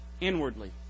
inwardly